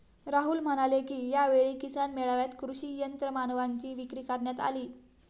राहुल म्हणाले की, यावेळी किसान मेळ्यात कृषी यंत्रमानवांची विक्री करण्यात आली